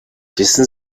wissen